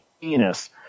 penis